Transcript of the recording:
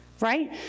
right